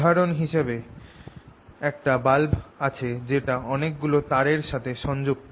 উদাহরণ হিসেবে একটা বাল্ব আছে যেটা অনেক গুলো তার এর সাথে সংযুক্ত